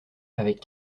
avec